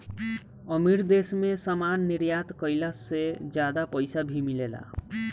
अमीर देश मे सामान निर्यात कईला से ज्यादा पईसा भी मिलेला